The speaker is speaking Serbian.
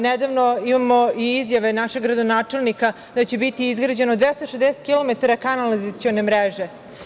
Nedavno imamo i izjave našeg gradonačelnika da će biti izgrađeno 260 kilometara kanalizacione mreže.